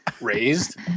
raised